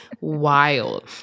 wild